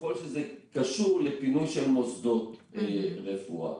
ככל שזה קשור לפינוי של מוסדות רפואה.